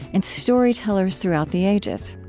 and storytellers throughout the ages,